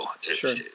Sure